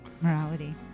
morality